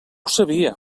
sabia